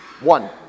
One